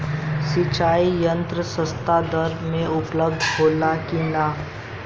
सिंचाई यंत्र सस्ता दर में उपलब्ध होला कि न?